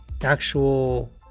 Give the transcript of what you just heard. actual